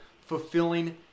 fulfilling